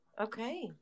okay